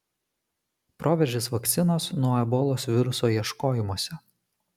proveržis vakcinos nuo ebolos viruso ieškojimuose